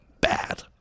bad